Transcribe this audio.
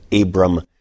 Abram